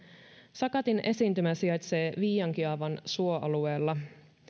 sakatin esiintymä sijaitsee viiankiaavan suoalueella